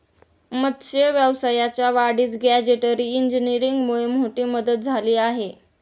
मत्स्य व्यवसायाच्या वाढीस गॅजेटरी इंजिनीअरिंगमुळे मोठी मदत झाली आहे